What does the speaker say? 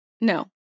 No